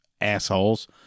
assholes